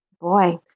Boy